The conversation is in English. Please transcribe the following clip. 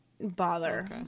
bother